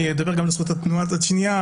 ואני אדבר גם על זכות החירות עוד שנייה,